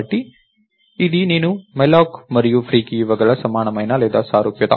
కాబట్టి ఇది నేను మీకు malloc మరియు ఫ్రీ కి ఇవ్వగల సమానమైన లేదా సారూప్యత